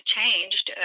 changed